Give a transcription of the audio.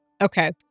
Okay